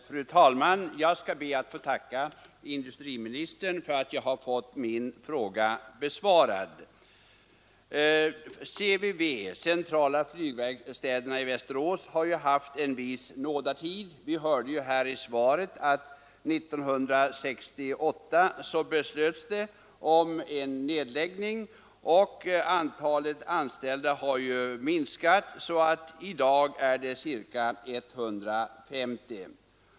Fru talman! Jag skall be att få tacka industriministern för att jag har fått min fråga besvarad. CVV, centrala flygverkstaden i Västerås, har haft en viss nådatid. Som vi hörde av statsrådets svar beslöt riksdagen 1968 om verkstadens nedläggning, och sedan dess har antalet anställda minskat så att de i dag uppgår till ca 150.